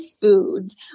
foods